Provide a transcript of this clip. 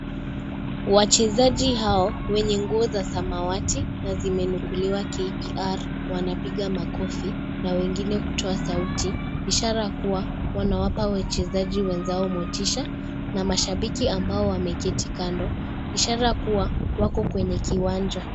Wachezaji hawo wenye nguo za samawati na zimenukuuliwa KPR wanapiga makofi na wengine kutoa sauti ishara ya kuwa wanawapa wachezaji wenzao motisha na mashabiki ambao wameketi kando ishara kuwa wako kwenye kiwanja.